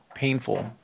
Painful